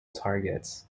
targets